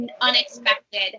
unexpected